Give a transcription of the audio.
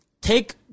take